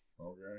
Okay